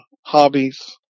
hobbies